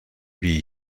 wie